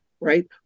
right